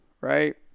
right